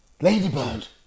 Ladybird